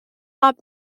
hop